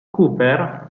cooper